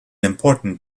important